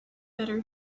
better